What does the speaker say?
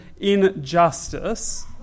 injustice